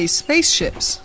spaceships